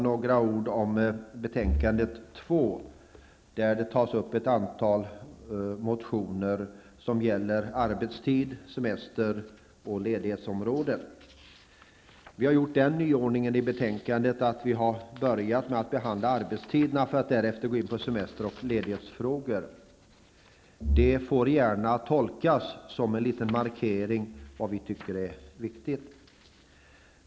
Så några ord om betänkande AU2, där ett antal motioner tas upp som gäller arbetstider, semester och ledighet. Vi har den nyordningen i betänkandet att vi börjar med att behandla arbetstiderna för att därefter gå in på semester och ledighetsfrågor. Det får gärna tolkas som en liten markering av vad vi tycker är viktigt.